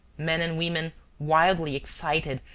men and women, wildly excited,